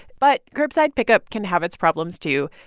but curbside pickup can have its problems, too.